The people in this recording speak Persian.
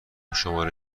شماره